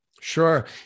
sure